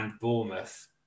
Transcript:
Bournemouth